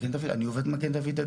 מגן דוד, אני עובד מגן דוד אדום.